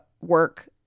work